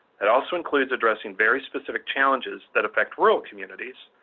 that also includes addressing very specific challenges that affect rural communities,